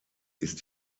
ist